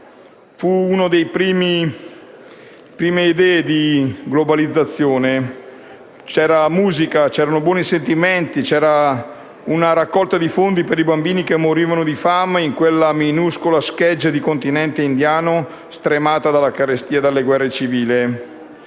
Fu una delle prime idee di globalizzazione: c'era la musica, c'erano i buoni sentimenti, c'era una raccolta di fondi per i bambini che morivano di fame in quella minuscola scheggia di continente indiano, stremata dalla carestia e dalle guerre civili,